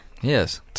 Yes